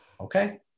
okay